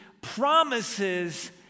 promises